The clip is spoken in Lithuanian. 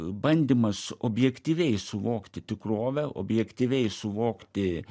bandymas objektyviai suvokti tikrovę objektyviai suvokti